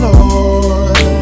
Lord